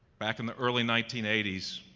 back in the early nineteen eighty s,